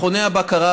מכוני הבקרה,